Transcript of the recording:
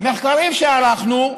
מחקרים שערכנו,